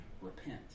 repent